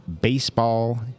Baseball